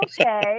Okay